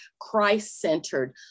Christ-centered